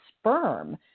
sperm